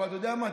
אבל אתה יודע מה?